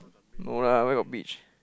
no lah where got beach